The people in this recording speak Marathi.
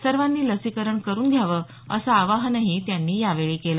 सर्वांनी लसीकरण करुन घ्यावं असं आवाहन ही त्यांनी यावेळी केलं